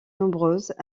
nombreuses